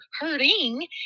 hurting